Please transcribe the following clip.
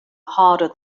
harder